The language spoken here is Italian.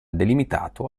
delimitato